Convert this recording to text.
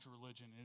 religion